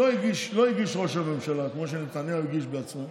לא הגיש ראש הממשלה, כמו שנתניהו הגיש בעצמו.